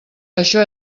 això